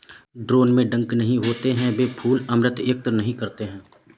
drone में डंक नहीं होते हैं, वे फूल अमृत एकत्र नहीं करते हैं